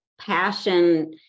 passion